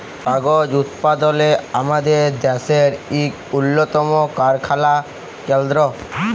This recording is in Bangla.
কাগজ উৎপাদলে আমাদের দ্যাশের ইক উল্লতম কারখালা কেলদ্র